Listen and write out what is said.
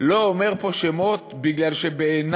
לא אומר פה שמות, כי בעיני,